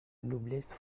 noblesse